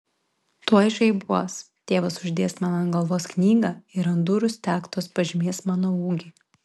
tuoj žaibuos tėvas uždės man ant galvos knygą ir ant durų staktos pažymės mano ūgį